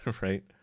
right